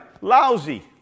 Lousy